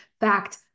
fact